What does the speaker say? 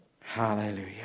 Hallelujah